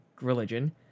religion